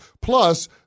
Plus